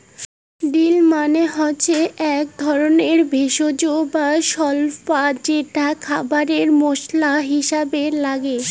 deal মানে হসে আক ধরণের ভেষজ বা স্বল্পা যেটো খাবারে মশলা হিছাবে নাগে